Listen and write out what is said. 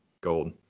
Gold